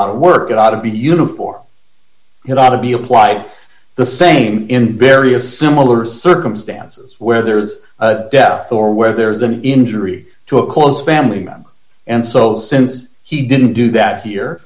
ought to work it ought to be uniform it ought to be applied the same in various similar circumstances where there is death or whether there's an injury to a close family member and so since he didn't do that here